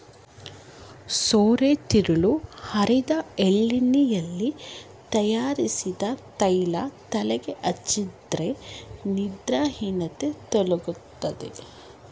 ಸೋರೆತಿರುಳು ಅರೆದು ಎಳ್ಳೆಣ್ಣೆಯಲ್ಲಿ ತಯಾರಿಸಿದ ತೈಲ ತಲೆಗೆ ಹಚ್ಚೋದ್ರಿಂದ ನಿದ್ರಾಹೀನತೆ ತೊಲಗ್ತದೆ